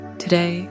Today